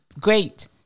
great